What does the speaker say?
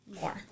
more